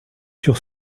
sur